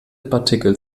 partikel